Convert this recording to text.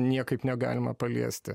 niekaip negalima paliesti